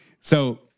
So-